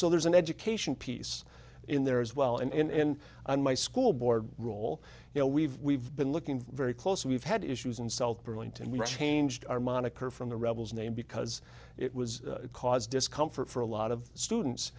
so there's an education piece in there as well and my school board role you know we've we've been looking very close we've had issues in south burlington we changed our moniker from the rebels name because it was cause discomfort for a lot of students